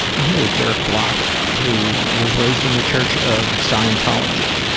and here with derek bloch who was raised in the church of scientology.